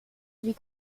die